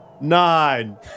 nine